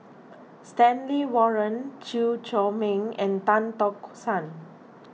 Stanley Warren Chew Chor Meng and Tan Tock San